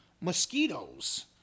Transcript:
mosquitoes